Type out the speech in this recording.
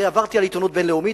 עברתי על עיתונות בין-לאומית,